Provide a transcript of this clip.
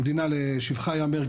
המדינה לשבחה יאמר,